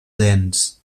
dents